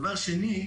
דבר שני,